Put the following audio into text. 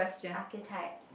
architects